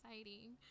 exciting